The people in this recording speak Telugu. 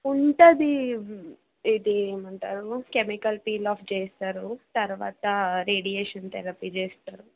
ఉంటుంది ఇది ఏమంటారు కెమికల్ పీల్ ఆఫ్ చేస్తారు తర్వాత రేడియేషన్ తెరపీ చేస్తారు